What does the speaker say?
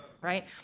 right